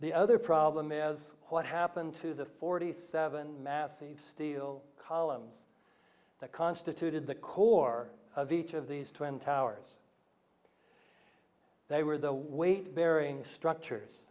the other problem is what happened to the forty seven massive steel columns that constituted the core of each of these two n towers they were the weight bearing structures